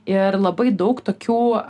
ir labai daug tokių